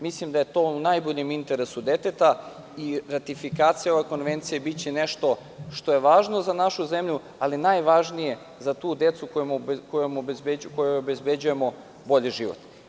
Mislim da je to u najboljem interesu deteta i ratifikacija ove konvencije biće nešto što je važno za našu zemlju, ali najvažnije za tu decu kojoj obezbeđujemo bolji život.